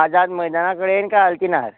आझाद मैदाना कडेन कांय अल्तिनार